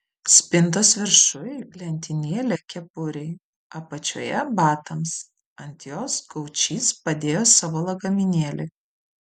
spintos viršuj lentynėlė kepurei apačioje batams ant jos gaučys padėjo savo lagaminėlį